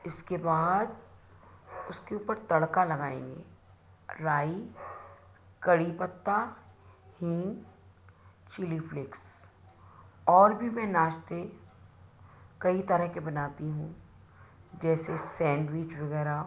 इसके बाद उसके ऊपर तड़का लगाएँगे राई कड़ी पत्ता हींग चिली प्लिक्स और भी मैं नास्ते कई तरह के बनाती हूँ जैसे सैंडविच वगैरह